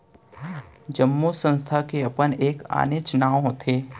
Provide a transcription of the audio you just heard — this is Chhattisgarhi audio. जम्मो संस्था के अपन एक आनेच्च नांव होथे